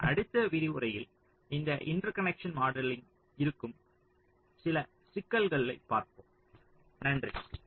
அடுத்த விரிவுரையில் இந்த இன்டர்கனெக்ட் மாடலிங்ல் இருக்கும் சில சிக்கல்களைத் பார்ப்போம்